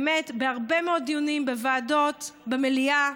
באמת, בהרבה מאוד דיונים, בוועדות, במליאה.